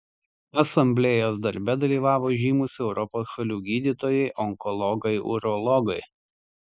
asamblėjos darbe dalyvavo žymūs europos šalių gydytojai onkologai urologai